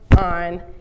on